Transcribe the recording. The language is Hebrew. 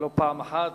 ולא פעם אחת,